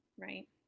right